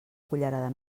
cullerada